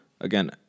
again